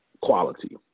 quality